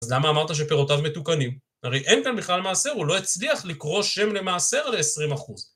אז למה אמרת שפירותיו מתוקנים? הרי אין כאן בכלל מעשר, הוא לא הצליח לקרוא שם למעשר ל-20%.